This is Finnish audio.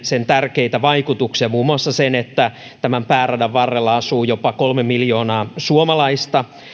sen tärkeitä vaikutuksia muun muassa sen että tämän pääradan varrella asuu jopa kolme miljoonaa suomalaista